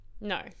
no